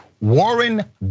Warren